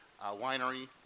Winery